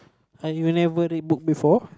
ah you never read book before